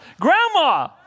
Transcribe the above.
Grandma